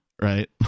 right